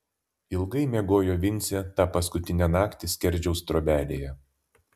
ilgai miegojo vincė tą paskutinę naktį skerdžiaus trobelėje